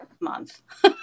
month